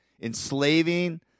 enslaving